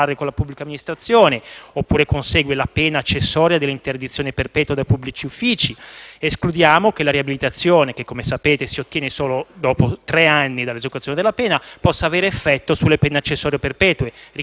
oppure consegue la pena accessoria dell'interdizione perpetua dai pubblici uffici. Escludiamo che la riabilitazione che - come sapete - si ottiene solo dopo tre anni dall'esecuzione della pena, possa avere effetto sulle pene accessorie perpetue. Ricordo a chi ha citato